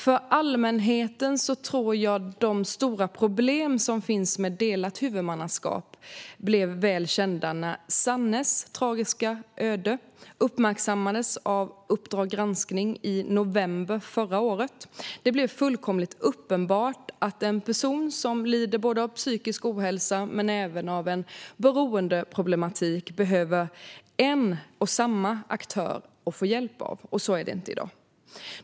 För allmänheten tror jag att de stora problem som finns med delat huvudmannaskap blev väl kända när Sannes tragiska öde uppmärksammandes av Uppdrag granskning i november förra året. Det blev fullkomligt uppenbart att en person som både lider av psykisk ohälsa och har en beroendeproblematik behöver få hjälp av en och samma aktör. Så är det inte i dag.